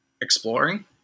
exploring